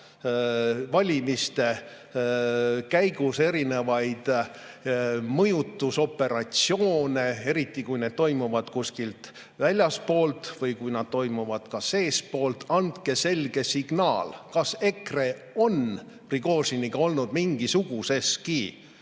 valimiste käigus erinevaid mõjutusoperatsioone, eriti kui need toimuvad kusagilt väljastpoolt või kui nad toimuvad ka seestpoolt. Andke selge signaal: kas EKRE on Prigožiniga olnud mingisuguseski